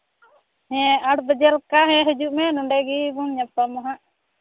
ᱦᱮᱸ ᱟᱴ ᱵᱟᱡᱮ ᱞᱟᱠᱟ ᱦᱮᱸ ᱦᱤᱡᱩᱜ ᱢᱮ ᱱᱚᱰᱮ ᱜᱮᱵᱚᱱ ᱧᱟᱯᱟᱢᱟ ᱦᱟᱸᱜ